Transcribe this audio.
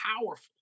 powerful